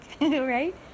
right